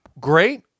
great